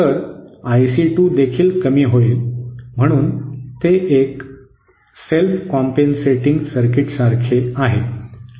तर IC2 देखील कमी होईल म्हणून ते एक स्व भरपाई देणार्या सर्किटसारखे आहे